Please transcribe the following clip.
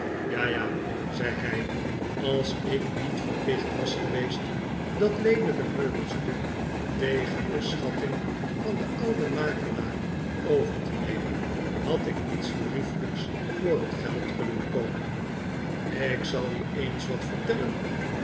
ja ja zei hij als ik niet verplicht was geweest dat leelijke meubelstuk tegen de schatting van den ouden makelaar over te nemen had ik iets geriefelijks voor het geld kunnen koopen ik zal je eens wat vertellen